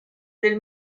del